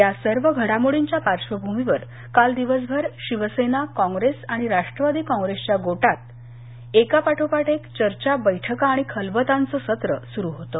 या सर्व घडामोडींच्या पार्श्वभूमीवर काल दिवसभर शिवसेना काँप्रेस आणि राष्ट्रवादी काँप्रेसच्या गोटात एकापाठोपाठ चर्चा बैठका आणि खलबतांचं सत्र सुरू होतं